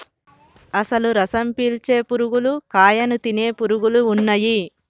అసలు రసం పీల్చే పురుగులు కాయను తినే పురుగులు ఉన్నయ్యి